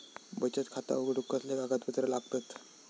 बचत खाता उघडूक कसले कागदपत्र लागतत?